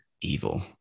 evil